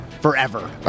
forever